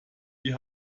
die